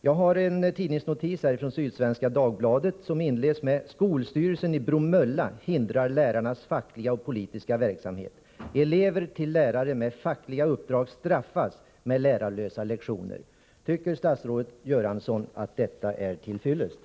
Jag har här en tidningsnotis från Sydsvenska Dagbladet, som inleds på följande sätt: ”Skolstyrelsen i Bromölla hindrar lärarnas fackliga och politiska verksamhet. Elever till lärare med fackliga uppdrag straffas med lärarlösa lektioner.” Tycker statsrådet Göransson att detta är tillfredsställande?